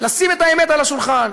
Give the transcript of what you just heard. לשים את האמת על השולחן,